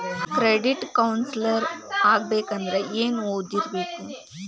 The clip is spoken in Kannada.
ಕ್ರೆಡಿಟ್ ಕೌನ್ಸಿಲರ್ ಆಗ್ಬೇಕಂದ್ರ ಏನ್ ಓದಿರ್ಬೇಕು?